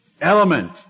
element